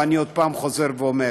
ואני עוד פעם חוזר ואומר: